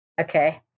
Okay